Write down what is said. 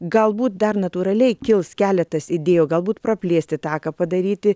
galbūt dar natūraliai kils keletas idėjų galbūt praplėsti taką padaryti